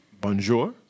Bonjour